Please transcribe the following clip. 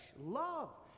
love